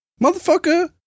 motherfucker